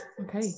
okay